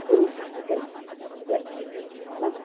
ம் சரி சரி ஓகே